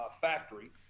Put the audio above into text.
factory